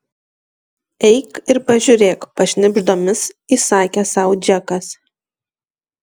eik ir pažiūrėk pašnibždomis įsakė sau džekas